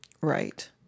Right